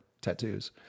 tattoos